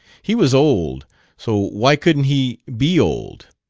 he was old so why couldn't he be old?